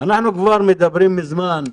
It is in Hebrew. אנחנו מדברים מזמן,